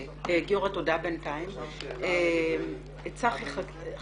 בינתיים, תודה.